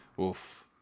Oof